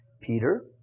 Peter